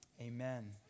amen